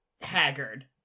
haggard